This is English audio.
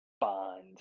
bond